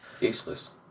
Useless